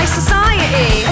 society